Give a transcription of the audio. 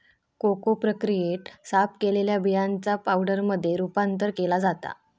cocoa प्रक्रियेत, साफ केलेल्या बियांचा पावडरमध्ये रूपांतर केला जाता